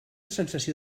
sensació